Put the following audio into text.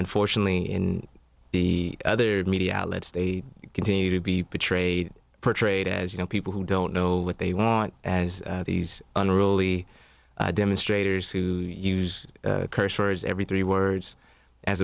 unfortunately in the other media outlets they continue to be betrayed portrayed as you know people who don't know what they want as these unruly demonstrators who use curse words every three words as